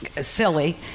silly